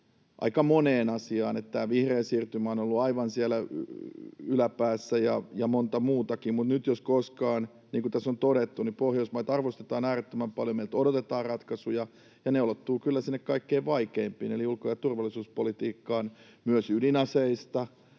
aika moneen asiaan, ja tämä vihreä siirtymä on ollut aivan siellä yläpäässä ja monta muutakin. Mutta nyt jos koskaan, niin kuin tässä on todettu, Pohjoismaita arvostetaan äärettömän paljon, meiltä odotetaan ratkaisuja, ja ne ulottuvat kyllä sinne kaikkein vaikeimpiin eli ulko- ja turvallisuuspolitiikkaan. Myös ydinaseista